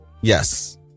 Yes